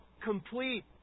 complete